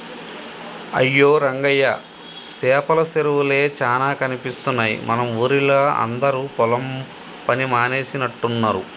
అయ్యో రంగయ్య సేపల సెరువులే చానా కనిపిస్తున్నాయి మన ఊరిలా అందరు పొలం పని మానేసినట్టున్నరు